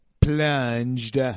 plunged